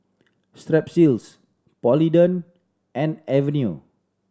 Strepsils Polident and Avenue